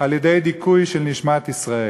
על-ידי דיכוי של נשמת ישראל.